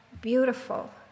beautiful